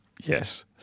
Yes